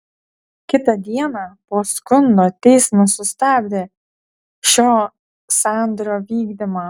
kitą dieną po skundo teismas sustabdė šio sandorio vykdymą